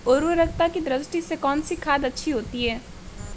उर्वरकता की दृष्टि से कौनसी खाद अच्छी होती है?